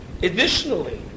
additionally